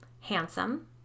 handsome